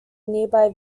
nearby